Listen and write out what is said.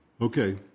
Okay